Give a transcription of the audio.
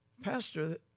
Pastor